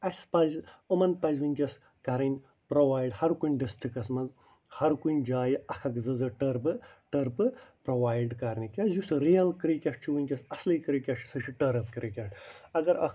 اسہِ پَزِ یِمن پَزِ وُنٛکیٚس کَرٕنۍ پرٛووایڈ ہر کُنہِ ڈِسٹِرٛکس منٛز ہر کُنہِ جایہِ اَکھ اَکھ زٕ زٕ ٹٔرفہٕ ٹٔرفہٕ پرٛووایڈ کرنہِ کیٛازِ یُس ریل کرکٹ چھُ وُنٛکیٚس اصلی کرکٹ چھُ سُہ چھُ ٹٔرٕف کرکٹ اگر اَکھ